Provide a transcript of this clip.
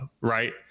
Right